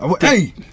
Hey